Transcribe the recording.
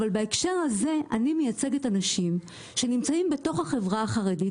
אבל בהקשר הזה אני מייצגת אנשים שנמצאים בתוך החברה החרדית.